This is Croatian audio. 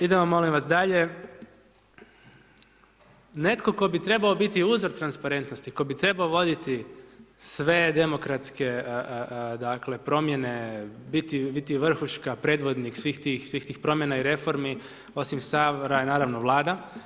Idemo molim vas dalje, netko tko bi trebao biti uzor transparentnosti, tko bi trebao voditi sve demokratske, dakle, promjene, biti vrhuška, predvodnik svih tih promjena i reformi, osim Sabora i naravno Vlada.